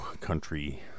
country